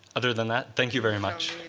other than that, thank you very much.